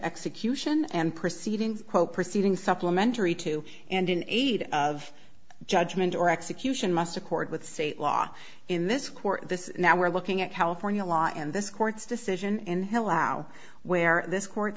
execution and proceedings quo proceeding supplementary to and in aid of judgment or execution must accord with sate law in this court this now we're looking at california law and this court's decision in hell how where this court